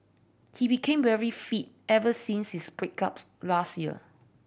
he became very fit ever since his break up last year